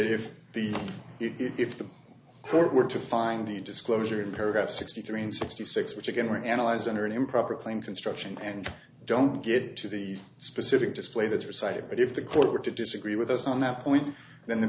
if the if the court were to find the disclosure in paragraph sixty three and sixty six which again were analyzed under an improper claim construction and don't get to the specific display that were cited but if the court were to disagree with us on that point then the